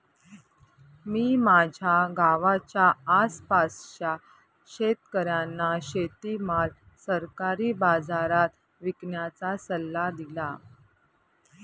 मी माझ्या गावाच्या आसपासच्या शेतकऱ्यांना शेतीमाल सरकारी बाजारात विकण्याचा सल्ला दिला